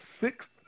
sixth